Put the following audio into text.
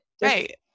Right